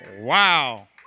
Wow